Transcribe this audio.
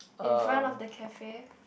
in front of the cafe